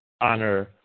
Honor